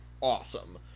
awesome